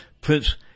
Prince